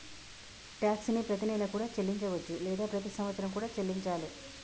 tax ని ప్రతినెలా కూడా చెల్లించవచ్చు లేదా ప్రతి సంవత్సరం కూడా చెల్లించాలే